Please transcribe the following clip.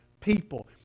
people